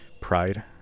pride